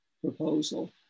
proposal